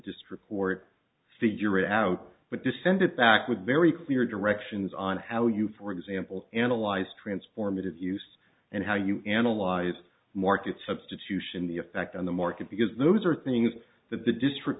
court figure it out but descended back with very clear directions on how you for example analyze transformative use and how you analyze market substitution the effect on the market because those are things that the district